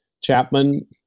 chapman